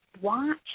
watch